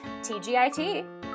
TGIT